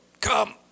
come